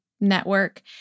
Network